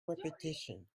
repetition